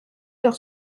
leur